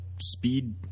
speed